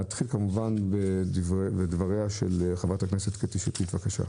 נתחיל בדבריה של חברת הכנסת קטי שטרית, בבקשה.